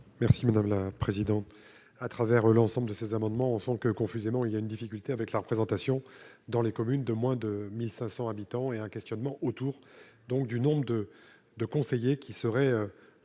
Merci madame la présidente, à travers l'ensemble de ces amendements sont que confusément, il y a une difficulté avec la représentation dans les communes de moins de 1500 habitants et un questionnement autour donc du nombre de de conseillers qui serait